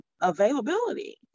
availability